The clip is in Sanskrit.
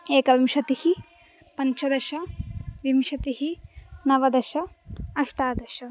एकविंशतिः पञ्चदश विंशतिः नवदश अष्टादश